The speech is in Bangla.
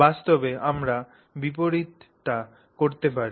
বাস্তবে আমরা বিপরীতটি করতে পারি